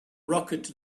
rocket